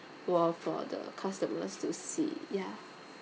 wall for the customers to see ya